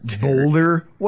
Boulder